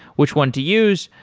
which one to use,